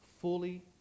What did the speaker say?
fully